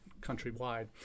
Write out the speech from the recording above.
countrywide